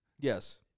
Yes